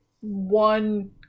one